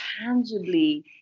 tangibly